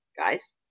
Guys